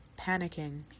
Panicking